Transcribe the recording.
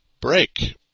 break